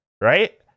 right